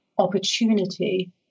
opportunity